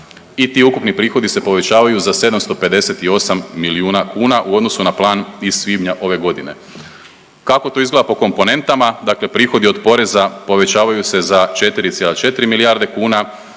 i ti ukupni prihodi se povećavaju za 758 milijuna kuna u odnosu na plan iz svibnja ove godine. Kako to izgleda po komponentama, dakle prihodi od poreza povećavaju se za 4,4 milijarde kuna,